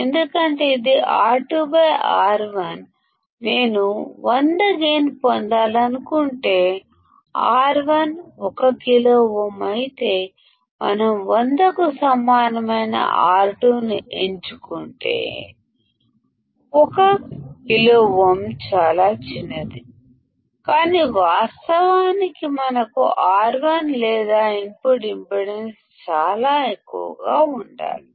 ఎందుకంటే ఇది R2 R1 నేను 100 గైన్ పొందాలనుకుంటే R1 1K అయితే మనం 100 కు సమానమైన R2 ను ఎంచుకుంటే 1K చాలా చిన్నది కానీ వాస్తవానికి మనకు R1 లేదా ఇన్పుట్ ఇంపిడెన్స్ చాలా ఎక్కువగా ఉండాలి